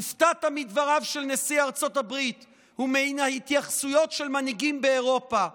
הופתעת מדבריו של נשיא ארצות הברית ומההתייחסויות של מנהיגים באירופה.